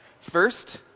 First